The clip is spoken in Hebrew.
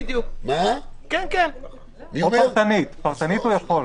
או פרטנית, פרטנית הוא יכול.